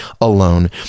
alone